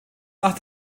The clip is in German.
nach